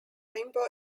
limbo